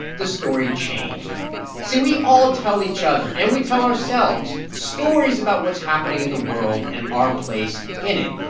this story changed see, we all tell each other and we tell ourselves stories about what's happening in the world and our place in it.